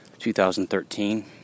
2013